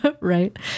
Right